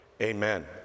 amen